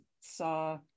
saw